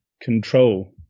control